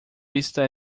está